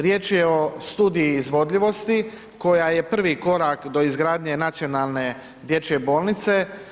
Riječ je o studiji izvodljivosti, koja je prvi korak do izgradnje nacionalne dječje bolnice.